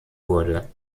wurde